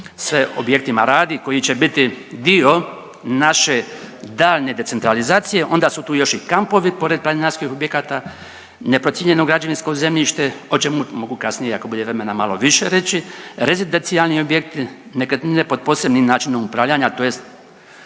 sve objektima radi koji će biti dio naše daljnje decentralizacije onda su tu još i kampovi pored planinarskih objekata, neprocijenjeno građevinsko zemljište o čemu mogu kasnije ako bude vremena malo više reći, rezidencijalni objekti, nekretnine pod posebnim načinom upravljanja tj.